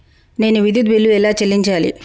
నేను విద్యుత్ బిల్లు ఎలా చెల్లించాలి?